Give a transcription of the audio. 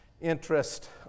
interest